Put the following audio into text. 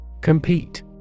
Compete